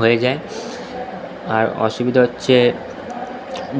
হয়ে যায় আর অসুবিধা হচ্ছে